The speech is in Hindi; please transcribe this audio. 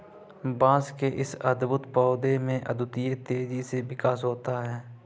बांस के इस अद्भुत पौधे में अद्वितीय तेजी से विकास होता है